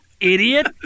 idiot